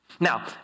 Now